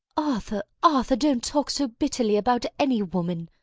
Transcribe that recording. arthur, arthur, don't talk so bitterly about any woman.